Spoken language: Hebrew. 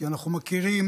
כי אנחנו יודעים